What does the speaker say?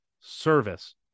Service